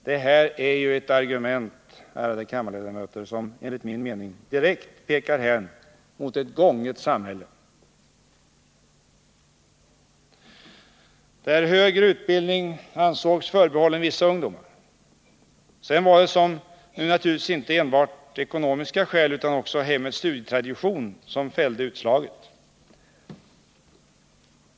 Det här är ett argument som, ärade kammarledamöter, enligt min mening direkt pekar hän mot ett gånget samhälle, där högre utbildning ansågs förbehållen vissa ungdomar. Sedan var det, som nu, naturligtvis inte enbart ekonomiska skäl utan också hemmets studietradition som fällde utslaget.